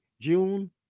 June